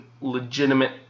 legitimate